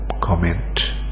comment